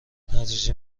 نتیجه